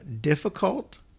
difficult